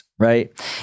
Right